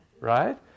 right